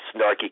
snarky